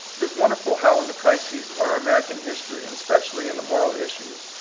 it is wonderful how in the crises of our american history, and especially in the moral issues,